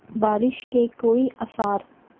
بارش کے کوئی آثار